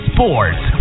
Sports